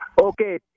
Okay